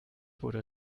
wurde